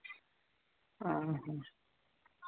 ᱚ ᱦᱚᱸ